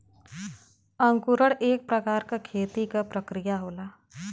अंकुरण एक प्रकार क खेती क प्रक्रिया होला